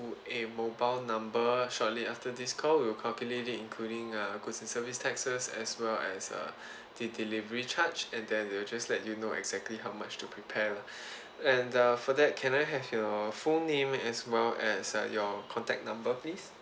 a mobile number shortly after this call we'll calculate including uh goods and services taxes as well as uh the delivery charge and then they will just let you know exactly how much to prepare lah and uh for that can I have your full name as well as your contact number please